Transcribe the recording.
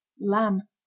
Lamb